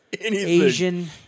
Asian